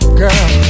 girl